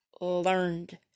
learned